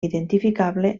identificable